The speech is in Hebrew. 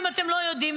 אם אתם לא יודעים,